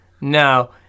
No